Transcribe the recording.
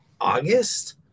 August